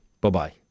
Bye-bye